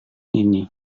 ini